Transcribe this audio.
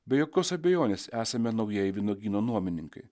be jokios abejonės esame naujieji vynuogyno nuomininkai